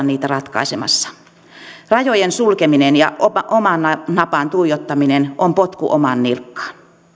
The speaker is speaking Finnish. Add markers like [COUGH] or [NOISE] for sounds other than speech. [UNINTELLIGIBLE] niitä ratkaisemassa rajojen sulkeminen ja omaan napaan tuijottaminen on potku omaan nilkkaan